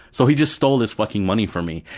so he just stole this fucking money from me.